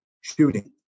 shooting